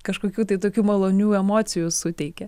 kažkokių tai tokių malonių emocijų suteikė